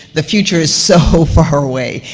the future is so far away,